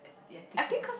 ya think so